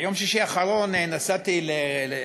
גברתי היושבת-ראש, ביום שישי האחרון נסעתי לחיפה.